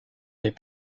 les